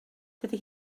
dydy